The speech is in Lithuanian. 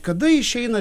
kada išeina